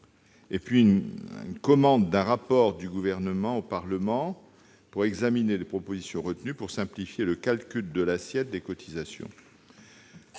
et la commande d'un rapport du Gouvernement au Parlement examinant les propositions retenues pour simplifier le calcul de l'assiette des cotisations.